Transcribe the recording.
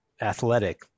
athletic